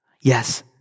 Yes